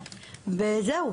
וזהו.